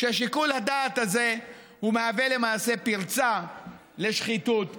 שיקול הדעת הזה מהווה למעשה פרצה לשחיתות פוליטית.